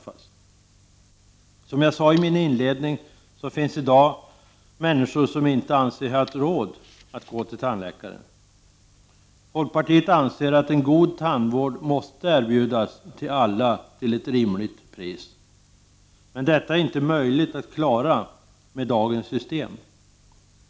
16 november 1989 Som jag sade i min inledning finns i dag människor som inte anser sigha. råd att gå till tandläkare. Folkpartiet anser att en god tandvård måste erbjudas alla till ett rimligt pris. Men detta är inte möjligt att klara med dagens system.